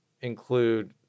include